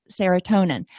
serotonin